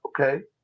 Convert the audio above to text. okay